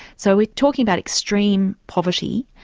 so we're talking about extreme poverty,